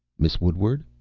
miss woodward,